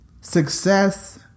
Success